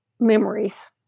memories